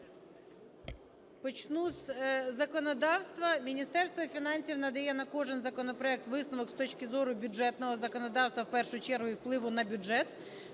Почну з законодавства. Міністерство фінансів надає на кожен законопроект висновок з точки зору бюджетного законодавства в першу чергу і впливу на бюджет,